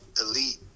elite